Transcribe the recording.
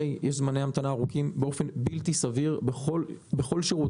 יש זמני המתנה ארוכים באופן בלתי סביר בכל שירות.